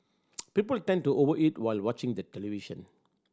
people tend to over eat while watching the television